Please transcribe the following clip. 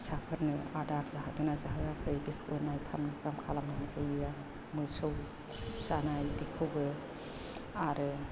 फिसाफोरनो आदार जाहोदोंना जाहोआखै बेखौ नायफाम नायफाम खालामनानै होयो आं मोसौ जानाय बेखौबो आरो